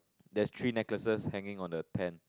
there's three necklaces hanging on the pant